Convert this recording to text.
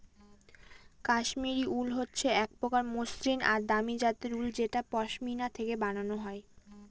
কাশ্মিরী উল হচ্ছে এক প্রকার মসৃন আর দামি জাতের উল যেটা পশমিনা থেকে বানানো হয়